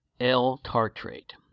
L-tartrate